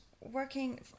working